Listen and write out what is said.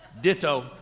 Ditto